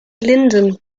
linden